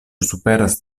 superas